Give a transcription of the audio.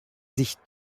sich